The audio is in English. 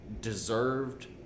deserved